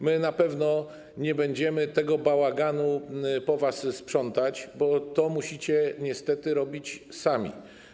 My na pewno nie będziemy tego bałaganu po was sprzątać, bo to musicie robić sami.